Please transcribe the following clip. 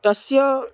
तस्य